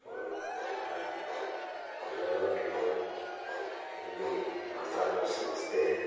और हर जगा कर लोग हिन्दी भाषा को समझते हैं